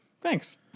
Thanks